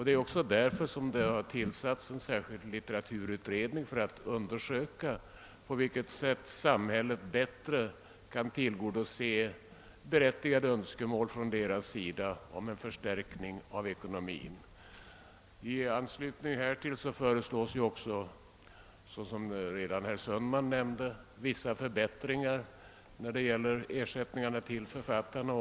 Det är också därför som det har tillsatts en särskild litteraturutredning för att undersöka på vilket sätt samhället bättre kan tillgodose berättigade önskemål från författarna om en förstärkning av deras ekonomiska förhållanden. I anslutning härtill föreslås också, såsom redan herr Sundman nämnde, vissa förbättringar beträffande ersättningarna till författarna.